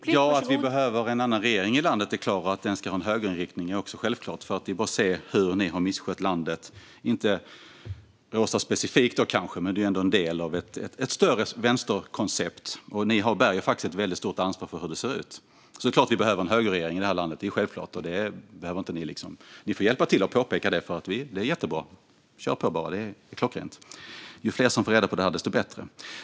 Fru talman! Att vi behöver en annan regering i landet är klart, och att den ska ha en högerinriktning är också självklart. Det är bara att se på hur ni har misskött landet - kanske inte Roza specifikt, men detta är ändå en del av ett större vänsterkoncept. Ni bär ett väldigt stort ansvar för hur det ser ut. Det är självklart att vi behöver en högerregering i det här landet. Ni får hjälpa till att påpeka det; det är jättebra. Kör på bara! Det är klockrent. Ju fler som får reda på detta, desto bättre.